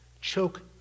choke